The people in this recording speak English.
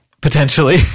potentially